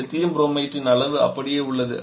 lithium புரோமைட்டின் அளவு அப்படியே உள்ளது